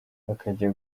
akajya